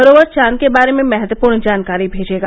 rover चांद के बारे में महत्वपूर्ण जानकारी मेजेगा